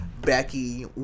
Becky